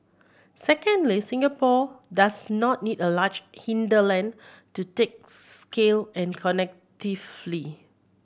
secondly Singapore does not need a large hinterland to take scale and